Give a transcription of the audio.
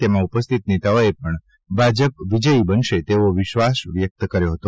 તેમાં ઉપસ્થિત નેતાઓને પણ ભાજપ વિજયી બનશે તેવો વિશ્વાસ વ્યક્ત કર્યો હતો